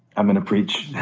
i'm going to preach.